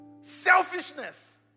Selfishness